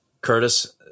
Curtis